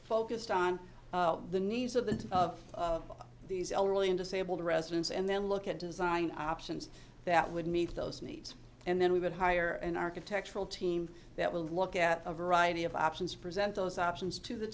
focused on the needs of the of these elderly and disabled residents and then look at design options that would meet those needs and then we would hire an architectural team that will look at a variety of options presented as options to the